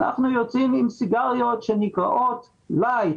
אנחנו יוצאים עם סיגריות שנקראות לייט,